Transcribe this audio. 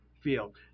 field